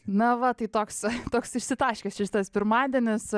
na va tai toks toks išsitaškęs tas pirmadienis